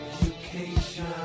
education